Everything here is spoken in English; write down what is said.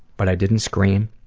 but i didn't scream,